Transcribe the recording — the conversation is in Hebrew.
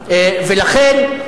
לכן,